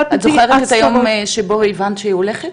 את זוכרת את היום שבו הבנת שהיא הולכת?